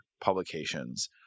publications